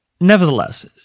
Nevertheless